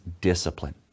discipline